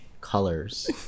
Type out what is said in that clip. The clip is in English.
colors